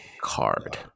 card